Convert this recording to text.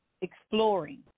exploring